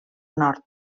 nord